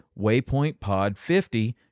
WaypointPod50